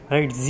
Right